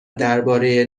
درباره